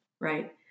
right